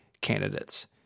candidates